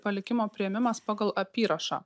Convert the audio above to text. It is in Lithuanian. palikimo priėmimas pagal apyrašą